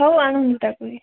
ହଉ ଆଣନ୍ତୁ ତା'କୁ ହିଁ